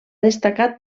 destacat